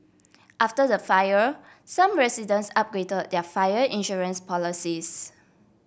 after the fire some residents upgrade their fire insurance policies